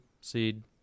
seed